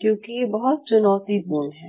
क्यूंकि ये बहुत चुनौतीपूर्ण है